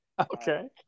okay